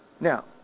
Now